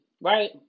right